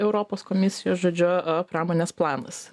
europos komisijos žodžiu pramonės planas